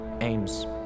aims